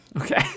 okay